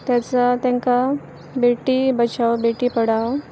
तेसा तेंकां बेटी बचाव बेटी पढाव